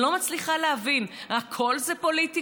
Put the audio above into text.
אני לא מצליחה להבין, הכול זה פוליטיקה?